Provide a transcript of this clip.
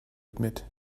admit